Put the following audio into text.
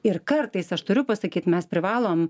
ir kartais aš turiu pasakyt mes privalom